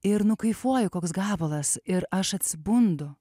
ir nu kaifuoju koks gabalas ir aš atsibundu